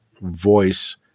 voice